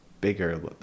bigger